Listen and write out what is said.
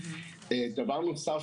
דבר נוסף,